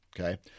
Okay